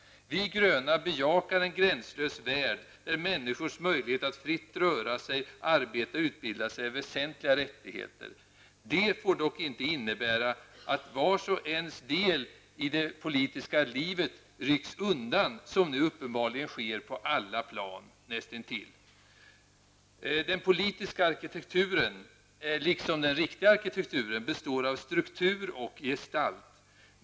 Vi gröna bejakar en gränslös värld där människors möjlighet att fritt röra sig, arbeta och utbilda sig är väsentliga rättigheter. Det får dock inte innebära att vars och ens del i det politiska livet rycks undan, vilket nu uppenbarligen sker på alla plan. Den politiska arkitekturen, liksom den riktiga arkitekturen, består av struktur och gestalt.